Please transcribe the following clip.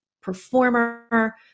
performer